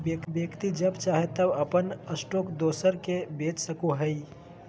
व्यक्ति जब चाहे तब अपन स्टॉक दोसर के बेच सको हइ